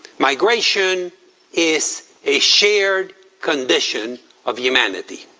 migration is a shared condition of humanity.